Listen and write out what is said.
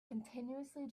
continuously